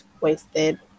wasted